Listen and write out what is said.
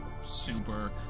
super